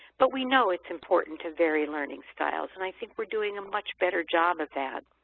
but we know it's important to vary learning styles and i think we're doing a much better job of that.